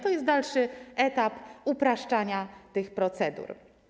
To jest dalszy etap upraszczania tych procedur.